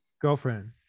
Girlfriend